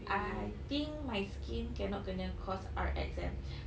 I think my skin cannot kena Cosrx eh